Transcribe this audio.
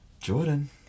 Jordan